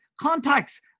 contacts